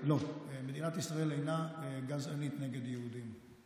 לא, מדינת ישראל אינה גזענית נגד יהודים.